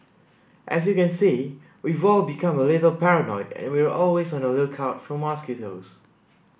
as you can see we've all become a little paranoid and we're always on the lookout for mosquitoes